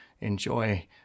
enjoy